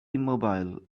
immobile